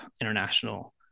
international